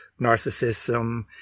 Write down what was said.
narcissism